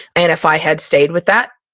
and if i had stayed with that,